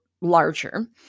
larger